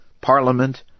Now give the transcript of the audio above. parliament